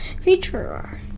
creature